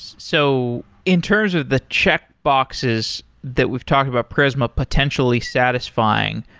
so in terms of the checkboxes that we've talked about prisma potentially satisfying.